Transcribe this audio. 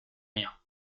rien